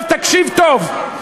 עכשיו תקשיב טוב.